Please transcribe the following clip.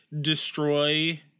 destroy